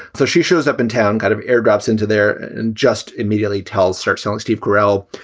so she shows up in town kind of airdrops into there and just immediately tells searchingly, steve gorell,